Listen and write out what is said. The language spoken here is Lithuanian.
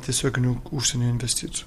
tiesioginių užsienio investicijų